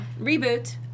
reboot